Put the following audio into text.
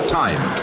time